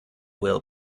will